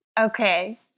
Okay